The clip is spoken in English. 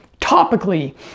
topically